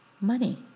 money